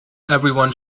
everyone